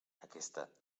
aquesta